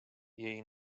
jej